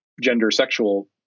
gender-sexual